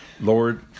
Lord